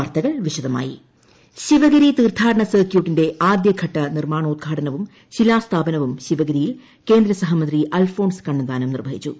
ശിവഗിരി കണ്ണന്താനം ശിവഗിരി തീർത്ഥാടന സർക്യൂട്ടിന്റെ ആദ്യഘട്ട നിർമ്മാണോത്ഘാടനവും ശിലാസ്ഥാപനവും ശിവഗിരിയിൽ കേന്ദ്ര സഹമന്ത്രി അൽഫോൺസ് കണ്ണന്താനം നിർവ്വഹിച്ചു